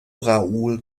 raoul